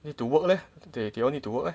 need to work leh they they all need to work eh